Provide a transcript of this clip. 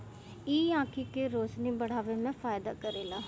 इ आंखी के रोशनी बढ़ावे में फायदा करेला